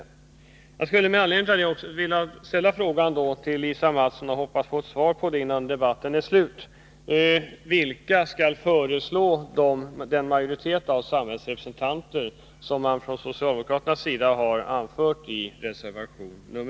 Jag skulle vilja ställa frågan till Lisa Mattson och hoppas på ett svar innan debatten är slut: Vilka skall föreslå den majoritet av samhällsrepresentanter som socialdemokraterna har angivit i reservation 3?